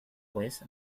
pues